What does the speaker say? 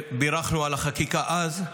בירכנו על החקיקה אז.